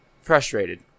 frustrated